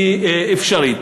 ללא קיימת כמעט.